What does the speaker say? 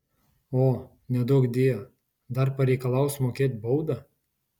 o neduokdie dar pareikalaus mokėt baudą